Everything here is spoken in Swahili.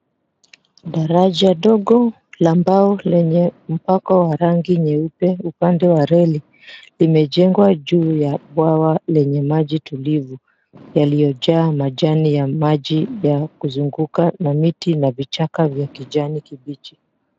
Daraja dogo la mbao lenye mpaka wa rangi nyeupe upande wa reli imejengwa juu ya bwawa lenye maji tulivu yaliyojaa majani ya maji ya kuzunguka na miti na vichaka vya kijani kibichi.